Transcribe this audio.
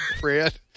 Fred